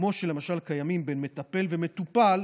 כמו שלמשל קיימים בין מטפל למטופל,